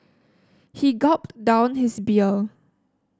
he gulped down his beer